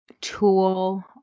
tool